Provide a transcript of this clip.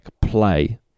play